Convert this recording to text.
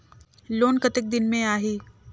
Loan कतेक दिन मे आही?